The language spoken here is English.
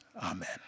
Amen